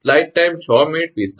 હવે 𝑟 1𝑐𝑚 0